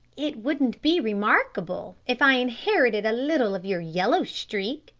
it wouldn't be remarkable if i inherited a little of your yellow streak,